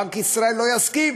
בנק ישראל לא יסכים.